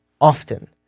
often